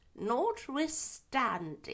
notwithstanding